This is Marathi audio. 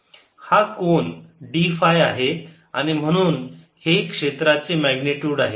हा कोन d फाय आहे आणि म्हणून हे क्षेत्राचे मॅग्निट्युड आहे